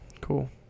cool